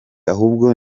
ahubwo